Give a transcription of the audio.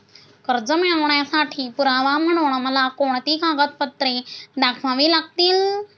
कर्ज मिळवण्यासाठी पुरावा म्हणून मला कोणती कागदपत्रे दाखवावी लागतील?